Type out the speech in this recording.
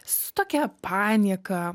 su tokia panieka